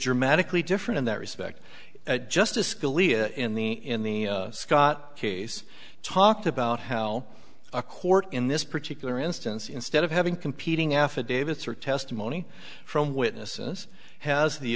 dramatically different in that respect justice scalia in the in the scott case talked about how a court in this particular instance instead of having competing affidavits or testimony from witnesses has the